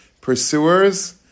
pursuers